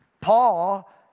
Paul